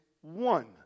one